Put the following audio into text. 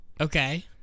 Okay